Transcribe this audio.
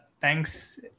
thanks